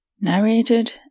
Narrated